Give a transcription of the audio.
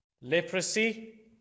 leprosy